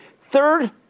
Third